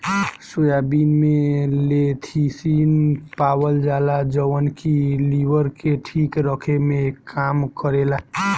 soybean में lecithin पावल जाला जवन की लीवर के ठीक रखे में काम करेला